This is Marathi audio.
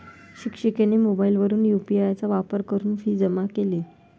शिक्षिकेने मोबाईलवरून यू.पी.आय चा वापर करून फी जमा केली